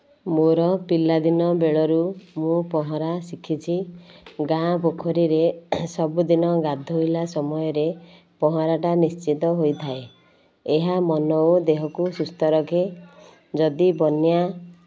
ମୋର ପିଲାଦିନ ବେଳରୁ ମୁଁ ପହଁରା ଶିଖିଛି ଗାଁ ପୋଖରୀରେ ସବୁଦିନ ଗାଧୋଇଲା ସମୟରେ ପହଁରାଟା ନିଶ୍ଚିତ ହୋଇଥାଏ ଏହା ମନ ଓ ଦେହକୁ ସୁସ୍ଥ ରଖେ ଯଦି ବନ୍ୟା